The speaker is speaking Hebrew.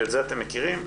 ואת זה אתם מכירים,